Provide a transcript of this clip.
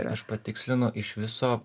aš patikslinu iš viso